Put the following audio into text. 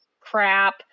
crap